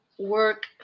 work